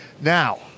Now